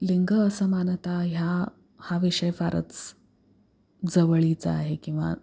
लिंग असं मानता ह्या हा विषय फारच जवळीचा आहे किंवा